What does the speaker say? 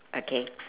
okay